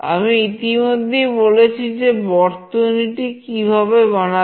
আমি ইতিমধ্যেই বলেছি যে বর্তনীটি কিভাবে বানাবে